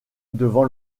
devant